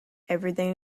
everything